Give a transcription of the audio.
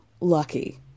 lucky